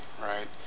right